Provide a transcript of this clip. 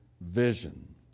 vision